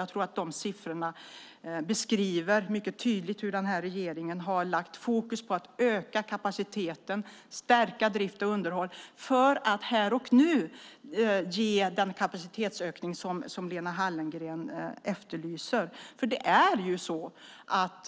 Jag tror att de siffrorna beskriver mycket tydligt hur den här regeringen har lagt fokus på att öka kapaciteten och stärka drift och underhåll för att här och nu ge den kapacitetsökning som Lena Hallengren efterlyser.